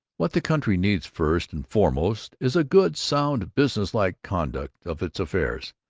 what the country needs, first and foremost, is a good, sound, business-like conduct of its affairs.